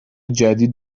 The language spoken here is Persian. جدید